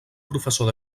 professor